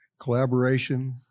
Collaboration